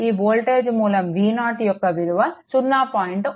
ఈ వోల్టేజ్ మూలం V0 యొక్క విలువ 0